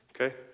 okay